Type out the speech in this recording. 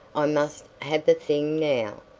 i must have the thing now.